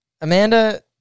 Amanda